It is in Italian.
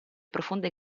profonde